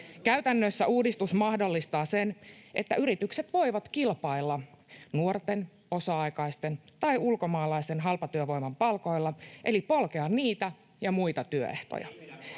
Käytännössä uudistus mahdollistaa sen, että yritykset voivat kilpailla nuorten, osa-aikaisten tai ulkomaalaisen halpatyövoiman palkoilla eli polkea niitä ja muita työehtoja.